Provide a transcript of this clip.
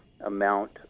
amount